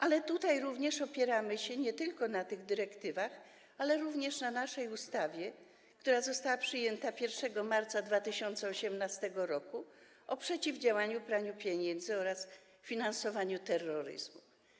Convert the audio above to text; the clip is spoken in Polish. Ale tutaj opieramy się nie tylko na tych dyrektywach, ale również na naszej ustawie, która została przyjęta 1 marca 2018 r., o przeciwdziałaniu praniu pieniędzy oraz finansowaniu terroryzmu.